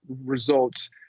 results